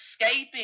escaping